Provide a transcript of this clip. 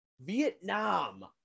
Vietnam